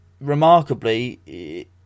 remarkably